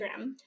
Instagram